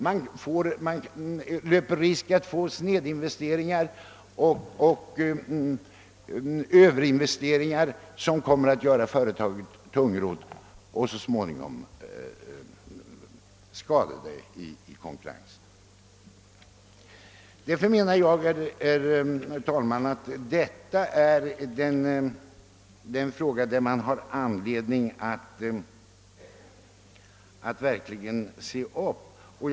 Företaget löper risk för snedinvesteringar och överinvesteringar, som kommer att göra det tungrott och så småningom skada det i konkurrensen. Enligt min mening, herr talman, har vi verkligen anledning att se upp i denna fråga.